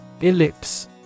Ellipse